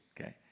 Okay